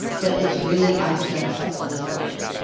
but it's really, i just don't trust this will work.